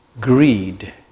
greed